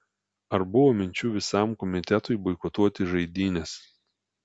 ar buvo minčių visam komitetui boikotuoti žaidynes